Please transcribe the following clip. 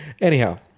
anyhow